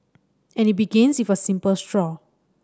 and it begins with a simple straw